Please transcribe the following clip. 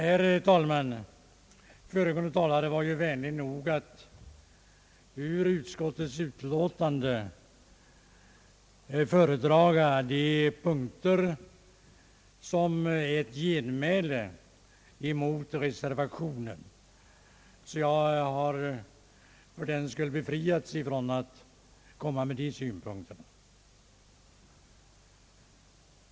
Herr talman! Föregående talare var ju vänlig nog att ur utskottets utlåtande föredraga de punkter som är ett genmäle mot reservanternas uppfattning och befriade mig därmed från att framföra de synpunkterna.